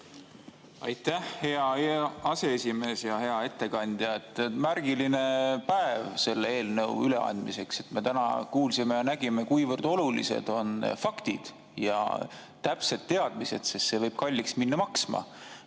Aitäh, hea aseesimees! Hea ettekandja! On märgiline päev selle eelnõu üleandmiseks. Me täna kuulsime ja nägime, kuivõrd olulised on faktid ja täpsed teadmised, sest see võib minna kalliks maksma,